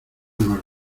nos